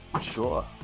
Sure